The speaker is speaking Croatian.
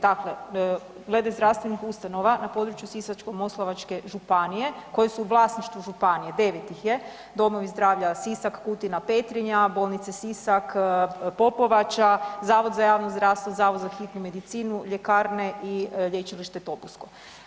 Dakle, glede zdravstvenih ustanova na području Sisačko-moslavačke županije koji su u vlasništvu županije, 9 ih je, domovi zdravlja Sisak, Kutina, Petrinja, bolnice Sisak, Popovača, Zavod za javno zdravstvo, Zavod za hitnu medicinu, ljekarne i lječilište Topusko.